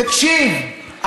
תקשיב.